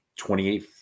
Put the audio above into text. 28